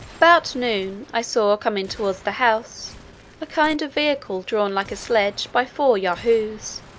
about noon, i saw coming towards the house a kind of vehicle drawn like a sledge by four yahoos.